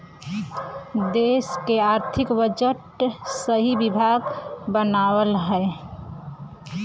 देस क आर्थिक बजट एही विभाग बनावेला